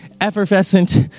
effervescent